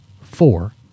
four